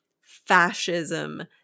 fascism